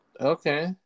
okay